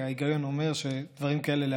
וההיגיון אומר לאפשר דברים כאלה.